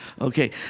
okay